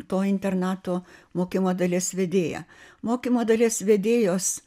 to internato mokymo dalies vedėja mokymo dalies vedėjos